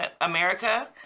america